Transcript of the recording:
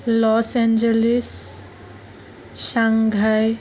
loss Angeles Shanghai